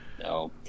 No